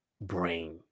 brain